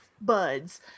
buds